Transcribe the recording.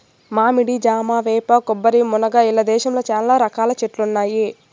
మామిడి, జామ, వేప, కొబ్బరి, మునగ ఇలా దేశంలో చానా రకాల చెట్లు ఉన్నాయి